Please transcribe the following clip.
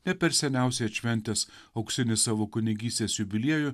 ne per seniausiai atšventęs auksinį savo kunigystės jubiliejų